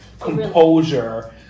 Composure